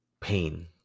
pain